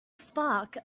spark